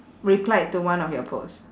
replied to one of your posts